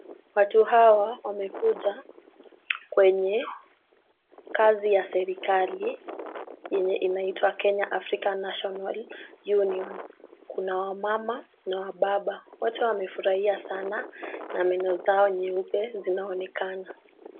Watu hawa wamekuja kwenye kazi ya serikali yenye inaitwa Kenya African National Union. Kuna wamama na wababa , wote wamefurahia sana na meno zao nyeupe zinaonekana.